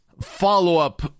follow-up